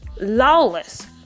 lawless